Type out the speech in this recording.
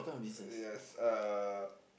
uh yes uh